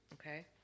Okay